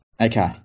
Okay